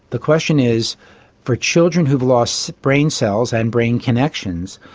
the question is for children who have lost brain cells and brain connections,